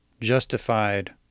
justified